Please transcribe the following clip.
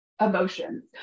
emotions